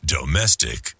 Domestic